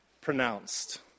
pronounced